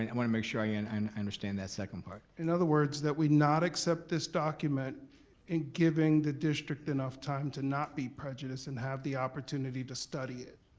i wanna make sure i and understand that second part. in other words, that we not accept this document in giving the district enough time to not be prejudice and have the opportunity to study it.